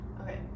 Okay